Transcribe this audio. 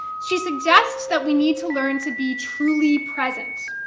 she suggests that we need to learn to be truly present.